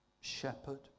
shepherd